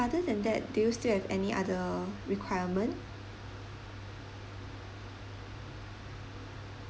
other than that do you still have any other requirement